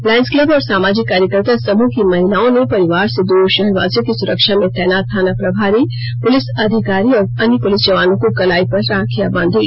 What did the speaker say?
Lions Club और समाजिक कार्यकर्ता समृह की महिलाओं ने परिवार से दूर शहरवासियों की सुरक्षा में तैनात थाना प्रभारी पुलिस अधिकारी और अन्य पुलिस जवानों को कलाई पर राखिया बांधी